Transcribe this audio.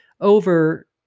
over